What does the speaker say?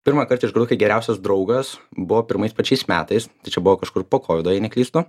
pirmąkart išgirdau kai geriausias draugas buvo pirmais pačiais metais tai čia buvo kažkur po kovido jei neklystu